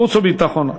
חוץ וביטחון.